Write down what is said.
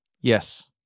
Yes